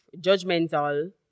judgmental